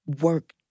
work